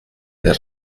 der